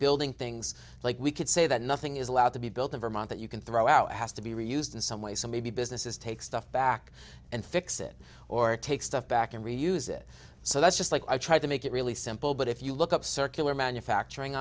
building things like we could say that nothing is allowed to be built in vermont that you can throw out has to be reused in some way so maybe businesses take stuff back and fix it or take stuff back and reuse it so that's just like i tried to make it really simple but if you look up circular manufacturing